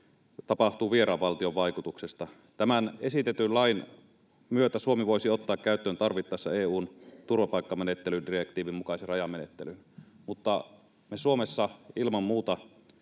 tapahtuu vieraan valtion vaikutuksesta. Tämän esitetyn lain myötä Suomi voisi ottaa käyttöön tarvittaessa EU:n turvapaikkamenettelydirektiivin mukaisen rajamenettelyn, mutta me Suomessa ilman muuta